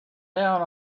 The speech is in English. down